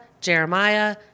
Jeremiah